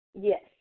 Yes